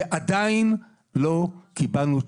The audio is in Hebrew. ועדיין לא קיבלנו תשובה.